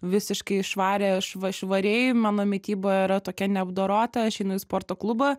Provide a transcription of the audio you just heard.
visiškai švarią šva švariai mano mityba yra tokia neapdorota aš einu į sporto klubą